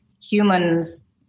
humans